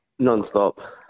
Nonstop